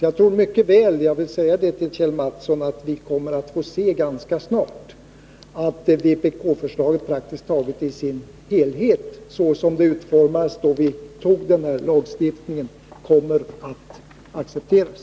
Jag vill därför säga till Kjell Mattsson att vi nog kommer att få se ganska snart att de förslag vpk framförde vid utformningen av denna lagstiftning praktiskt taget i sin helhet kommer att accepteras.